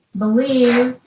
believe.